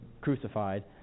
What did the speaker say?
crucified